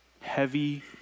heavy